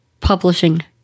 publishing